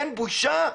אין בושה?